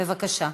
בבקשה.